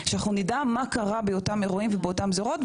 שאנחנו נדע מה קרה באותם אירועים ובאותן זירות,